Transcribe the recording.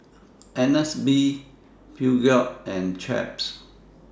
Agnes B Peugeot and Chaps